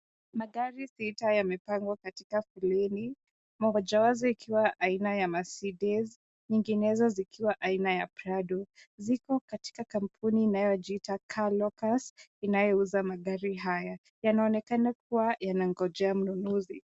Magari sita yamepangwa katika foleni, moja wao ikiwa aina ya Macedes, ingenezo zikiwa aina ya Prado. Zipo katika kampuni inayojiita Car Locus, inayouza magari haya. Yanaonekana kuwa yana ngojea mnunuzi.